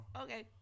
Okay